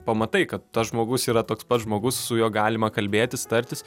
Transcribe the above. pamatai kad tas žmogus yra toks pat žmogus su juo galima kalbėtis tartis